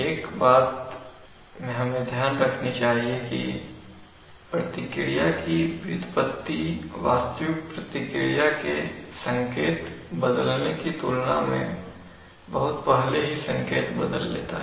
एक बात में ध्यान रखनी चाहिए कि प्रतिक्रिया की व्युत्पत्ति वास्तविक प्रतिक्रिया के संकेत बदलने की तुलना में बहुत पहले ही संकेत बदल लेता है